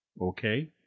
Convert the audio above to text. Okay